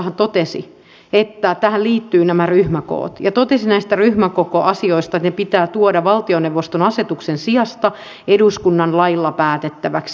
perustuslakivaliokuntahan totesi että tähän liittyvät nämä ryhmäkoot ja totesi näistä ryhmäkokoasioista että ne pitää tuoda valtioneuvoston asetuksen sijasta eduskunnan lailla päätettäväksi